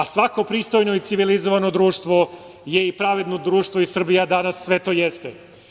Svako pristojno i civilizovano društvo je i pravedno društvo i Srbija danas sve to jeste.